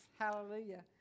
hallelujah